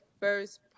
first